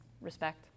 respect